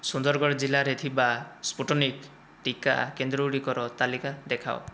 ସୁନ୍ଦରଗଡ଼ ଜିଲ୍ଲାରେ ଥିବା ସ୍ପୁଟନିକ୍ ଟିକା କେନ୍ଦ୍ରଗୁଡ଼ିକର ତାଲିକା ଦେଖାଅ